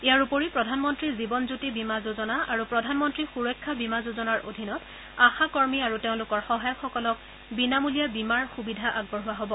ইয়াৰ উপৰি প্ৰধানমন্ত্ৰী জীৱনজ্যোতি বীমা যোজনা আৰু প্ৰধানমন্ত্ৰী সুৰক্ষা বীমা যোজনাৰ অধীনত আশা কৰ্মী আৰু তেওঁলোকৰ সহায়কসকলক বিনামূলীয়া বীমাৰ সুবিধা আগবঢ়োৱা হ'ব